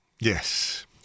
yes